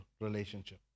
relationship